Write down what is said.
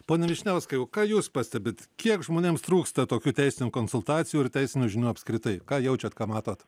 pone vyšniauskai o ką jūs pastebit kiek žmonėms trūksta tokių teisinių konsultacijų ir teisinių žinių apskritai ką jaučiat ką matot